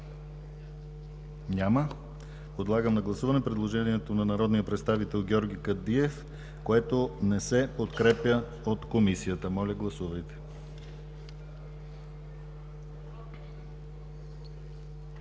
Няма. Подлагам на гласуване предложението на народния представител Георги Кадиев, което не се подкрепя от Комисията. Гласували